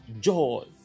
joy